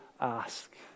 ask